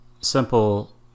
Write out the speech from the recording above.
simple